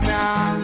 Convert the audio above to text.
now